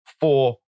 four